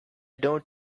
don’t